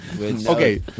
Okay